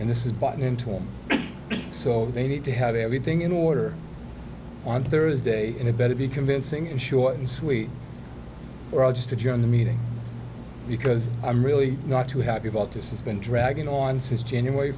and this is bought into him so they need to have everything in order on thursday and it better be convincing in short and sweet rogers to join the meeting because i'm really not too happy about this has been dragging on since january